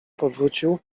powrócił